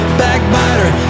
backbiter